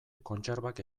kontserbak